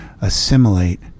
assimilate